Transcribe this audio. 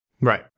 right